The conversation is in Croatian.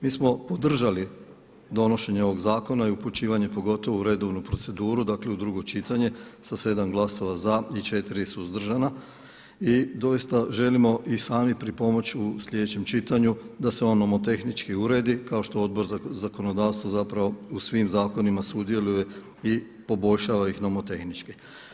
Mi smo podržali donošenje ovog zakona i upućivanje pogotovo u redovnu proceduru dakle u drugo čitanje sa 7 glasova za i 4 suzdržana i doista želimo i sami pripomoći u sljedećem čitanju da se on nomotehnički uredi kao što Odbor za zakonodavstvo u svim zakonima sudjeluje i poboljšava ih nomotehnički.